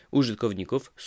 użytkowników